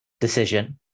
decision